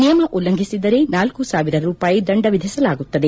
ನಿಯಮ ಉಲ್ಲಂಘಿಸಿದರೆ ನಾಲ್ಲು ಸಾವಿರ ರೂಪಾಯಿ ದಂಡ ವಿಧಿಸಲಾಗುತ್ತದೆ